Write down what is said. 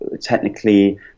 technically